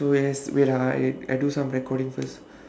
so where is wait ah I I do some recording first